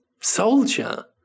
soldier